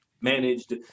managed